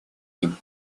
ним